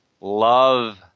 Love